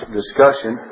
discussion